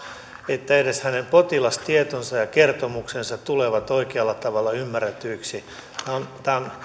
että edes hänen potilastietonsa ja kertomuksensa tulevat oikealla tavalla ymmärretyiksi minä